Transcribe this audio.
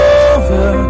over